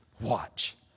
Watch